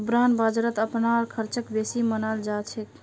bond बाजारत अपनार ख़र्चक बेसी मनाल जा छेक